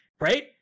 Right